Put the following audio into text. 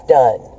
done